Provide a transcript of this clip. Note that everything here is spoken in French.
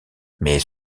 mais